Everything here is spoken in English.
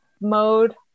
mode